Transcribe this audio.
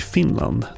Finland